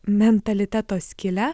mentaliteto skyle